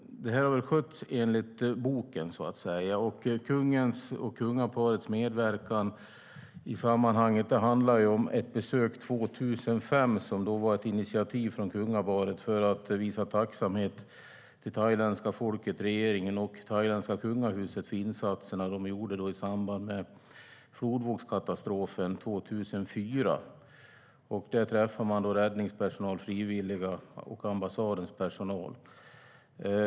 Det här har skötts så att säga enligt boken. Kungens och kungaparets medverkan handlar om ett besök 2005, och det var ett initiativ från kungaparet för att visa sin tacksamhet mot det thailändska folket, den thailändska regeringen och det thailändska kungahuset för deras insatser i samband med flodvågskatastrofen 2004. Man träffade också räddningspersonal, frivilliga och ambassadens personal.